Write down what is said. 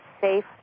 safe